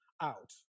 out